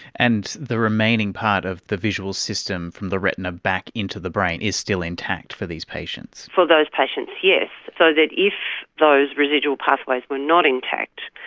and the remaining part of the visual system from the retina back into the brain is still intact for these patients. for those patients, yes, so that if those residual pathways were not intact,